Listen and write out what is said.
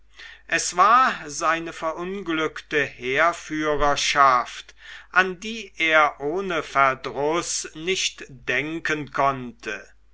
es war seine verunglückte heerführerschaft an die er ohne verdruß nicht denken konnte